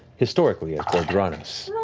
historically as ghor dranas.